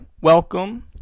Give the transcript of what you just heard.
welcome